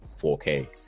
4k